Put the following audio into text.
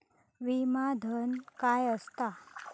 विमा धन काय असता?